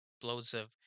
explosive